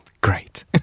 Great